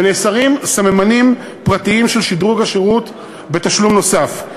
ונאסרים סממנים פרטיים של שדרוג השירות בתשלום נוסף,